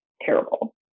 terrible